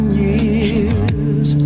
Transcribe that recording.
years